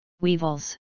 weevils